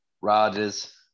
Rogers